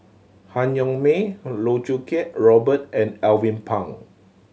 Han Yong May Loh Choo Kiat Robert and Alvin Pang